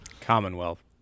Commonwealth